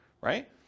right